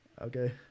okay